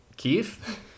Keith